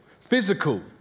physical